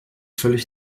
völlig